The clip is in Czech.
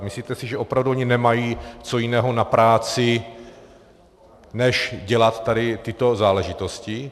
Myslíte si, že opravdu oni nemají co jiného na práci, než dělat tady tyto záležitosti?